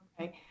Okay